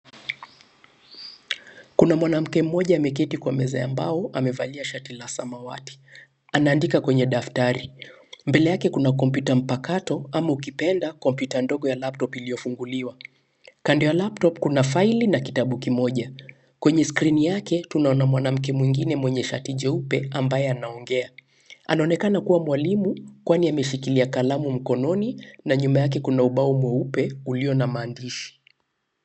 Kuna mwanamke mmoja ameketi kwa meza ya mbao amevalia shati la samawati, anaandika kwenye daftari. Mbele yake kuna kompyuta mpakato ama ukipenda, kompyuta ndogo ya laptop iliyofunguliwa. Kando ya laptop kuna faili na kitabu kimoja. Kwenye skrini yake tunaona mwanamke mwingine mwenye shati jeupe ambaye anaongea. Anaonekana kuwa mwalimu, kwani ameshikilia kalamu mkononi na nyuma yake kuna ubao mweupe ulio na maandishi.